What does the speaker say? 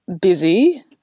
busy